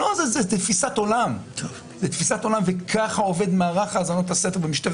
זה תפיסת עולם וככה עובד מערך האזנות הסתר במשטרת